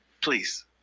Please